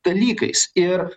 dalykais ir